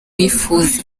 uwifuza